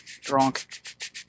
drunk